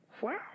wow